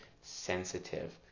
sensitive